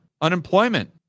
Unemployment